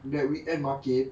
that weekend market